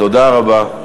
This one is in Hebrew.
תודה רבה.